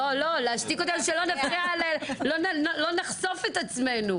לא, להשתיק אותי שלא נחשוף את עצמנו.